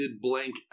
blank